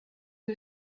who